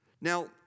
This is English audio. Now